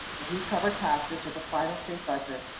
we covered passage of the final state budget,